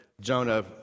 jonah